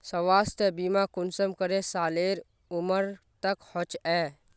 स्वास्थ्य बीमा कुंसम करे सालेर उमर तक होचए?